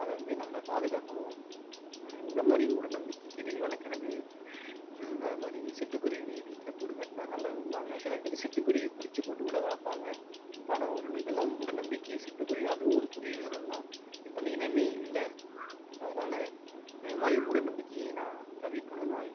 அதை வந்து நம்ம பாதுகாக்கணும் இந்த மாதிரி மூடநம்பிக்கை கிளி வளர்க்கறது அது மாதிரி சிட்டுக்குருவி வீட்டில் கூடு கட்டினா நல்லதும்பாங்க சில பேர் சிட்டுக் குருவியை பிடிச்சி போட்டு கூட வளர்ப்பாங்க பணம் வருதுன்னு இதெல்லாம் மூடநம்பிக்கை சிட்டுக்குருவி அதுவும் ஒரு குருவி இனம் தான் இப்போ இந்த இனமே இல்லை அதனால் இந்த மாதிரி மூடநம்பிக்கையை நான் தவிர்க்கணும் நான்